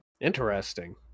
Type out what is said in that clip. interesting